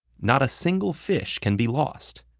not a single fish can be lost.